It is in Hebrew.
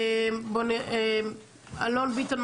אלון ביטון,